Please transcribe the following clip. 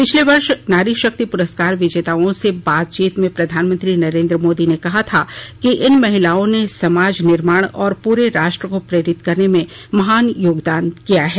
पिछले वर्ष नारीशक्ति पुरस्कार विजेताओं से बातचीत में प्रधानमंत्री नरेंद्र मोदी ने कहा था कि इन महिलाओं ने समाज निर्माण और पूरे राष्ट्र को प्रेरित करने में महान योगदान किया है